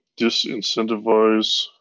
disincentivize